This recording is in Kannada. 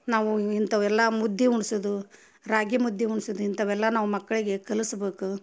ನಾವು ಇಂಥವೆಲ್ಲ ಮುದ್ದೆ ಉಣ್ಸೋದು ರಾಗಿ ಮುದ್ದೆ ಉಣ್ಸೋದು ಇಂಥವೆಲ್ಲ ನಾವು ಮಕ್ಕಳಿಗೆ ಕಲಸ್ಬೇಕು